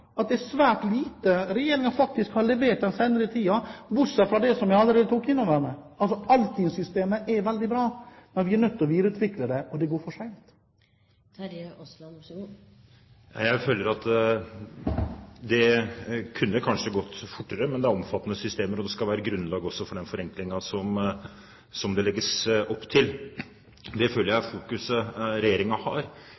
at det er svært lite regjeringen har levert den senere tiden, bortsett fra det som jeg allerede har nevnt. Altinn-systemet er veldig bra, men vi er nødt til å videreutvikle det – og det går for sent. Jeg føler at det kanskje kunne gått fortere, men det er omfattende systemer, og det skal også være grunnlag for den forenklingen som det legges opp til. Det føler jeg